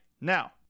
now